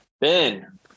Ben